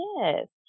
Yes